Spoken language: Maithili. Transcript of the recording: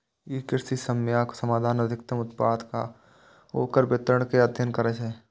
ई कृषि समस्याक समाधान, अधिकतम उत्पादन आ ओकर वितरण के अध्ययन करै छै